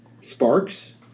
Sparks